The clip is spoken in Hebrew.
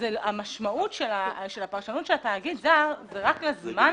המשמעות של הפרשנות של התאגיד היא רק לזמן